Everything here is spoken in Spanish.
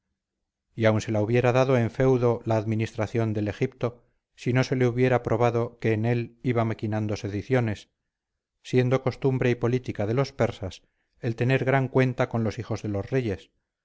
y aun se la hubiera dado en feudo la administración del egipto si no se le hubiera probado que en él iba maquinando sediciones siendo costumbre y política de los persas el tener gran cuenta con los hijos de los reyes